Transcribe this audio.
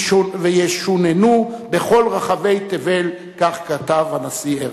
וישוננו בכל רחבי תבל"; כך כתב הנשיא הרצוג.